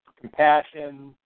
compassion